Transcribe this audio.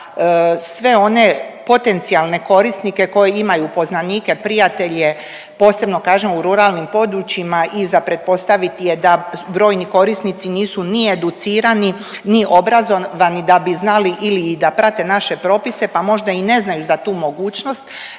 sve one potencijalne korisnike koji imaju poznanike, prijatelje, posebno kažem u ruralnim područjima i za pretpostaviti je da brojni korisnici nisu ni educirani, ni obrazovani da bi znali ili/i da prate naše propise, pa možda i ne znaju za tu mogućnost,